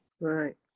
right